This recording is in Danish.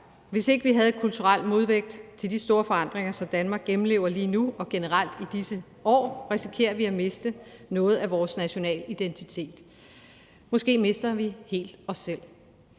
Hvis ikke vi havde kulturel modvægt til de store forandringer, som Danmark gennemlever lige nu og generelt i disse år, risikerer vi at miste noget af vores nationale identitet. Måske mister vi helt os selv,